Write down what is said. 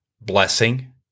blessing